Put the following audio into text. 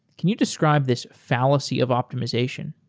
can you describe this fallacy of optimization?